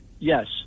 Yes